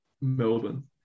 Melbourne